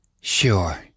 Sure